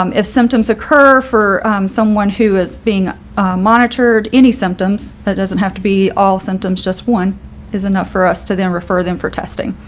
um if symptoms occur for someone who is being monitored any symptoms that doesn't have to be all symptoms, just one is enough for us to then refer them for testing.